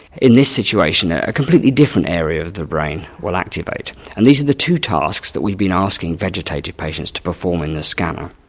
in this situation a completely different area of the brain will activate, and these are the two tasks that we've been asking vegetative patients to perform in the scanner.